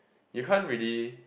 you can't really